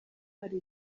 hari